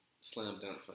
Slam-down